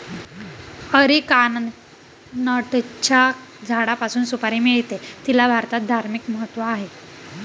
अरिकानटच्या झाडापासून सुपारी मिळते, तिला भारतात धार्मिक महत्त्व आहे